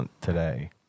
today